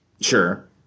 Sure